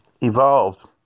evolved